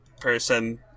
person